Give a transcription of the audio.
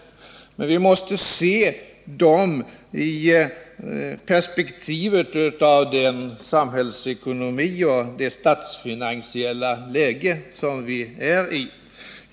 Men vi måste se det i perspektivet av den samhällsekonomi och det statsfinansiella läge som vi är i.